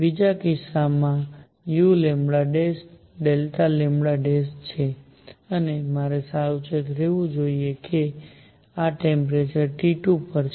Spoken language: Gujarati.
બીજા કિસ્સામાં જે uλ Δλ છે અને મારે સાવચેત રહેવું જોઈએ કે આ ટેમ્પરેચર T2 પર છે